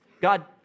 God